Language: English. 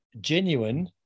genuine